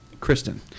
Kristen